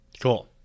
Cool